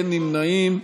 אין נמנעים.